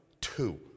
two